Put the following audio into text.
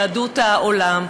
יהדות העולם,